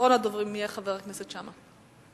אחרון הדוברים יהיה חבר הכנסת שאמה.